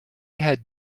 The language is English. had